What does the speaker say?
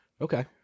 Okay